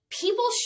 people